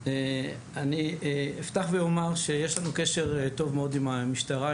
אני אפתח ואומר שיש לנו קשר טוב מאוד עם המשטרה,